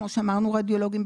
כמו שאמרנו רדיולוגים,